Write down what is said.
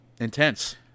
Intense